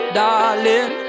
darling